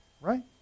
right